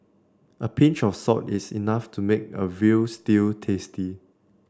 a pinch of salt is enough to make a veal stew tasty